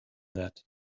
that